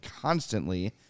constantly